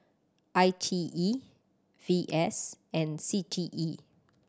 I T E VS and C T E